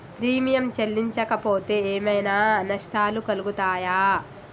Premium చెల్లించకపోతే ఏమైనా నష్టాలు కలుగుతయా?